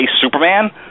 Superman